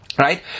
Right